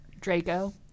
Draco